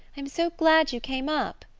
i'm so glad you came up,